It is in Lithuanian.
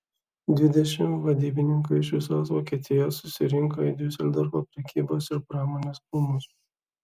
dvidešimt vadybininkų iš visos vokietijos susirinko į diuseldorfo prekybos ir pramonės rūmus